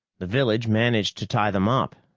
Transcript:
the village managed to tie them up,